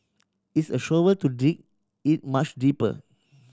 it's a shovel to dig it much deeper